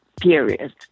Period